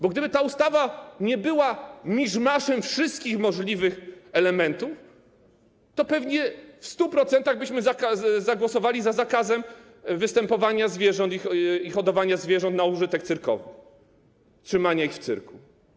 Bo gdyby ta ustawa nie była miszmaszem wszystkich możliwych elementów, to pewnie w 100% byśmy zagłosowali za zakazem występowania zwierząt i hodowania zwierząt na użytek cyrkowy, trzymania ich w cyrku.